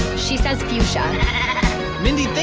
she says fuchsia mindy,